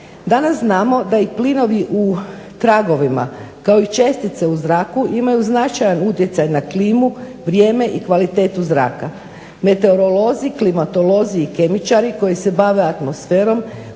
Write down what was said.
Danas znamo da i plinovi u tragovima, kao i čestice u zraku imaju značajan utjecaj na klimu, vrijeme i kvalitetu zraka. Meteorolozi, klimatolozi i kemičari koji se bave atmosferom